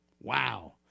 Wow